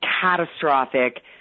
catastrophic